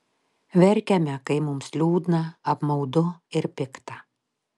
verkiame kai mums liūdna apmaudu ir pikta